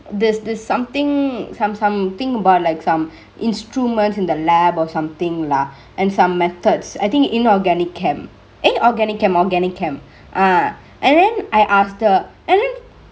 there's this somethingk some somethingk about like some instrument in the lab or somethingk lah and some methods I think inorganic chem eh organic chem organic chem ah and then I asked her and then